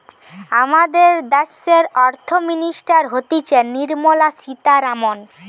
আমাদের দ্যাশের অর্থ মিনিস্টার হতিছে নির্মলা সীতারামন